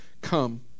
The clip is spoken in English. Come